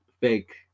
fake